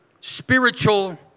spiritual